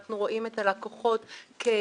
אנחנו רואים את הלקוחות כשותפים,